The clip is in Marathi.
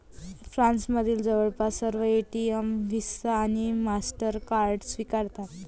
फ्रान्समधील जवळपास सर्व एटीएम व्हिसा आणि मास्टरकार्ड स्वीकारतात